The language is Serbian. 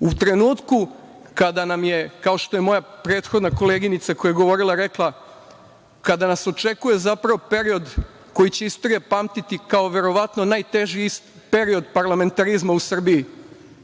u trenutku kada nam je, kao što je moja prethodna koleginica koja je govorila rekla, kada nas očekuje period koji će istorija pamtiti kao verovatno najteži period parlamentarizma u Srbiji,